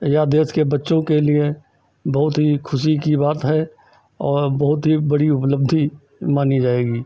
या देश के बच्चों के लिए बहुत ही ख़ुशी की बात है और बहुत ही बड़ी उपलब्धि मानी जाएगी